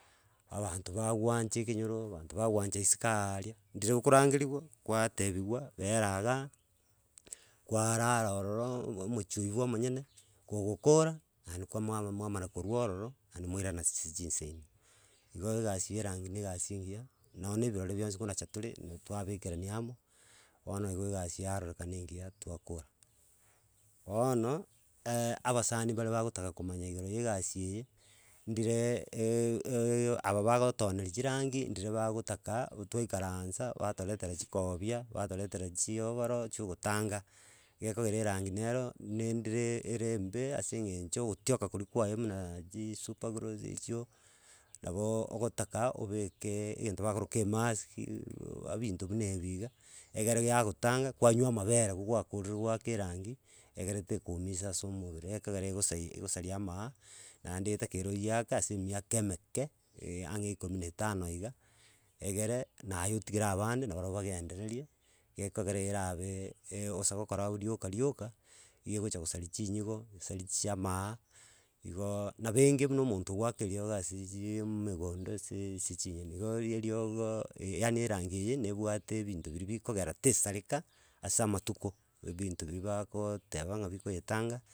Abanto bagoanche ekenyoro, abanto bagwancha isiko ariaaaa, ndire okorangeriwa kwatebiwa bera igaa, kwarara ororo, omo omochio oywo bwa omonyene, kogokora, naende kwamuama mwana korwa ororo, naende mwairana ase chinse chinseino. Igo egasi ya erangi na egasi engiya, noone ebiroro bionsi konacha tore na twabekerani amo, bono igo egasi yarorekana engiya twakora. Bono, abasani mbare bagotaka komanya igoro ya egasi eye ndireee aba bagotooneria chirangi, ndire bagotaka, go twaikaransa batoretera chikobia batoretera chiobarol chia ogotanga gekogera erangi nero, na ndire ere embe ase eng'encho ogotioka koria kwaye munaaa jisuper glue ri echio, nabo ogotaka obeke egento bakoroka emask abinto buna ebi iga, egere giagotanga, kwanywa amabere gogwakorire goaka erangi egere tekoumisa ase omobere ekogera egosa egosaria amaaa naende etakeire oyeake ase emiaka emeke, eeh ang'e ikomi na etano iga, egere naye otigere abande nabarabwo bagendererie, gekogera erabe osa gokora aud rioka rioka, igo egocha gosaria chinyigo, gosaria chiamaa, igooo nabo enge buna omonto ogwaka eriogo ase chiiimegondo, aseee ase ching'eni igo erige eriogo yaani erangi eye na ebwate ebinto biria bikogera tesareka asa amatuko ebinto biria bakoooteba ng'a bikoyetanga.